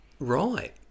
Right